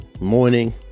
morning